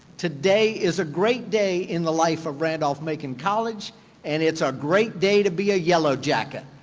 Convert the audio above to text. today is a great day in the life of randolph-macon college and it's a great day to be a yellow jacket.